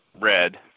red